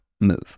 move